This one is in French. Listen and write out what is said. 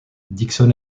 dixon